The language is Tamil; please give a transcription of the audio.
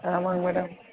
ஆமாம்ங்க மேடம்